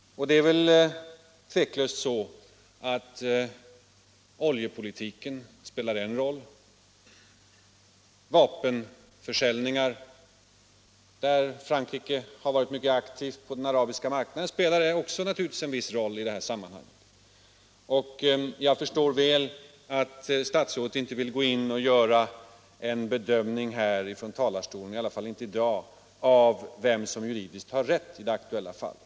Det är väl tveklöst så att oljepolitiken spelar en roll. Vapenförsäljningar, Nr 56 där Frankrike har varit mycket aktivt på den arabiska marknaden, spelar naturligtvis också en roll i detta sammanhang. Jag förstår att statsrådet inte vill göra en bedömning från talarstolen — i varje fall inte i dag — oo äv vem som juridiskt har rätt i det aktuella fallet.